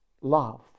Love